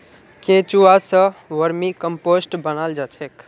केंचुआ स vermicompost बनाल जा छेक